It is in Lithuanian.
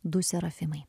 du serafimai